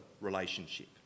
relationship